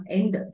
end